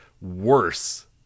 Worse